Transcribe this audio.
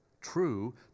true